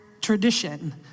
tradition